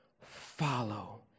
Follow